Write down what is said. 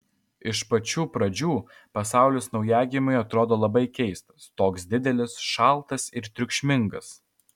iš pačių pradžių pasaulis naujagimiui atrodo labai keistas toks didelis šaltas ir triukšmingas